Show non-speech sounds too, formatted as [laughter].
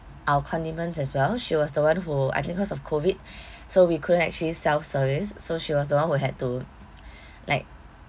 our condiments as well she was the one who I think cause of COVID [breath] so we couldn't actually self-service so she was the one who had to [breath] like